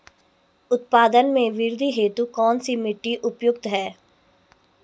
उत्पादन में वृद्धि हेतु कौन सी मिट्टी उपयुक्त है?